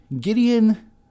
Gideon